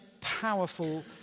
powerful